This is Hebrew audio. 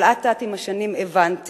אבל אט-אט, עם השנים הבנתי,